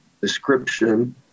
description